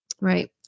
Right